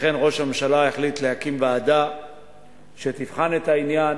לכן, ראש הממשלה החליט להקים ועדה שתבחן את העניין